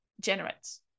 generates